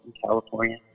California